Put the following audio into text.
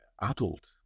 adult